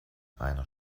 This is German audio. einer